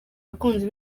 abakunzi